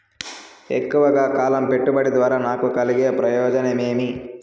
ఎక్కువగా కాలం పెట్టుబడి ద్వారా నాకు కలిగే ప్రయోజనం ఏమి?